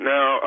Now